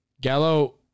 Gallo